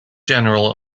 general